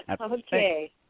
Okay